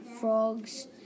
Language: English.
frogs